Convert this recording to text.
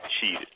cheated